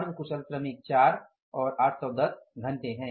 अर्ध कुशल श्रमिक 4 और 810 घंटे हैं